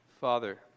Father